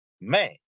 Man